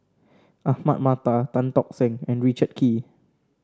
Ahmad Mattar Tan Tock Seng and Richard Kee